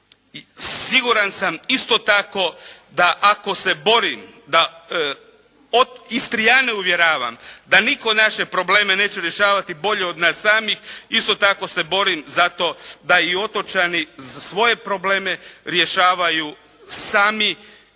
siguran sam isto tako da ako se borim da Istrijane uvjeravam da nitko naše probleme neće rješavati bolje od nas samih. Isto tako se borim za to da i otočani svoje probleme rješavaju sami,